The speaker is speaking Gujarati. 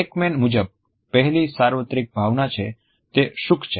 એકમેંન મુજબ પહેલી સાર્વત્રિક ભાવના છે તે સુખ છે